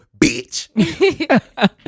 bitch